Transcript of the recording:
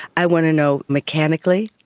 i want to know mechanically,